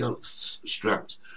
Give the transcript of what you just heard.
strapped